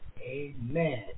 Amen